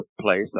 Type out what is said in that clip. place